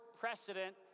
precedent